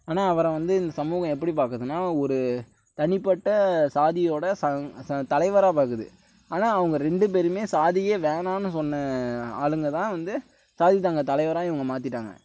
ஆனால் அவரை வந்து இந்த சமூகம் எப்படி பார்க்குதுனா ஒரு தனிப்பட்ட சாதியோட தலைவராக பார்க்குது ஆனால் அவங்க ரெண்டு பேரும் சாதியே வேணாம்னு சொன்ன ஆளுங்க தான் வந்து சாதி சங்க தலைவராக இவங்க மாத்திகிட்டாங்க